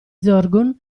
zorqun